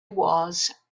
was